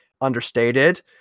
understated